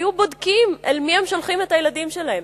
היו בודקים אל מי הם שולחים את הילדים שלהם,